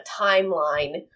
timeline